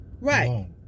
Right